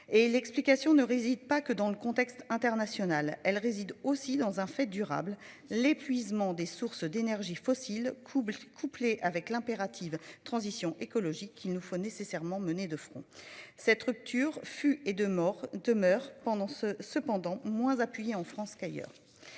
l'explication ne réside pas que dans le contexte international, elle réside aussi dans un fait durable l'épuisement des sources d'énergie fossiles couples couplé avec l'impérative transition écologique qu'il nous faut nécessairement mener de front. Cette rupture fut et de mort demeure pendant ce cependant moins appuyé en France qu'ailleurs.